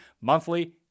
monthly